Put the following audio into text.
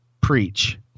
preach